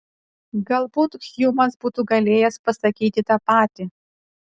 galbūt hjumas būtų galėjęs pasakyti tą patį